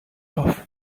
off